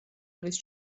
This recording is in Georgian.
არის